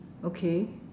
okay